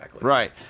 Right